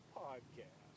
podcast